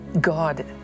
God